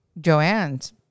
Joanne's